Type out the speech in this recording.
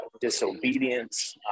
disobedience